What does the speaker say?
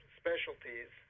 specialties